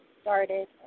started